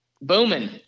Booming